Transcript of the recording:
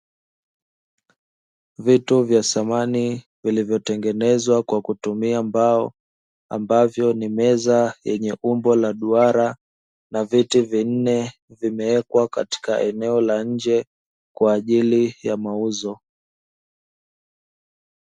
Vitu vya samani vilivyotengenezwa kwa kutumia mbao ambavyo ni meza yenye umbo la duara na viti vinne vimewekwa katika eneo la nje kwa ajili ya mauzo.